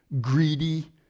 greedy